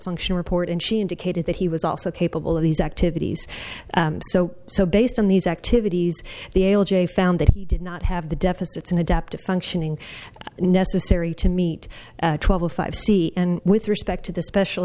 function report and she indicated that he was also capable of these activities so so based on these activities the ael jay found that he did not have the deficits in adaptive functioning necessary to meet twelve o five c and with respect to the special